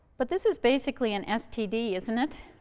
but this is basically an std, isn't it?